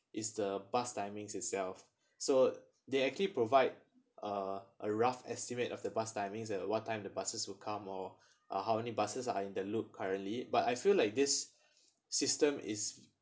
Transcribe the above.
is the bus timings itself so they actually provide a a rough estimate of the bus timings at what time the buses will come or uh how many buses are in the loop currently but I feel like this system is